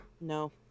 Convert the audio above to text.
No